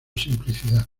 simplicidad